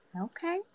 Okay